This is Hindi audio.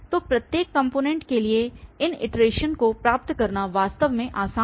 तो प्रत्येक कॉम्पोनेंट के लिए इन इटरेशन को प्राप्त करना वास्तव में आसान था